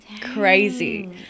Crazy